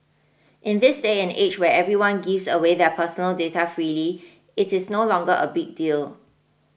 in this day and age where everyone gives away their personal data freely it is no longer a big deal